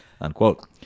Unquote